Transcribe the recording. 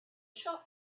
shop